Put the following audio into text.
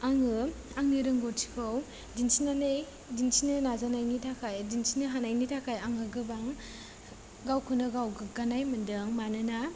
आङो आंनि रोंगौथिखौ दिन्थिनानै दिन्थिनो नाजानायनि थाखाय दिन्थिनो हानायनि थाखाय आङो गोबां गावखौनो गाव गोग्गानाय मोनदों मानोना